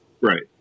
right